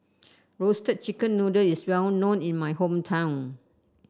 Roasted Chicken Noodle is well known in my hometown